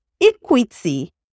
equity